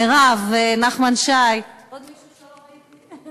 מירב, נחמן שי, יש עוד מישהו שלא ראיתי?